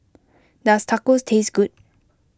does Tacos taste good